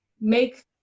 make